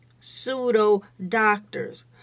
pseudo-doctors